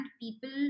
People